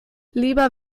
lieber